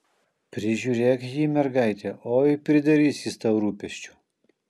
prižiūrėk jį mergaite oi pridarys jis tau rūpesčių